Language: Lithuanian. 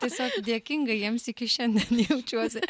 tiesiog dėkinga jiems iki šiandien jaučiuosi